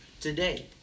today